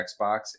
Xbox